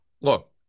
Look